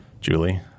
Julie